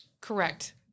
Correct